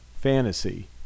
fantasy